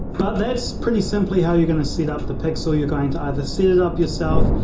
but that's pretty simply how you're going to set up the pixel. you're going to either set it up yourself.